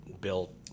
built